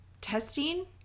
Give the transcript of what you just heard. testing